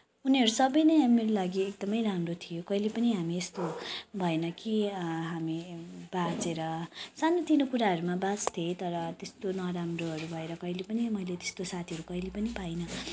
उनीहरू सबै नै मेरो लागि एकदमै राम्रो थियो कहिले पनि हामी यस्तो भएन कि हामी बाझेर सानो तिनो कुराहरूमा बाझ्थे तर त्यस्तो नराम्रोहरू भएर कहिले पनि मैले त्यस्तो साथीहरू कहिले पनि पाइनँ